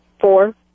Four